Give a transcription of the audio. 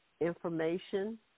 information